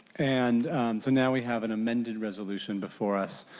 and so now we have an amended resolution before us.